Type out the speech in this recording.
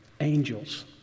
angels